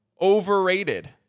overrated